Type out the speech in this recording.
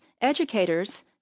educators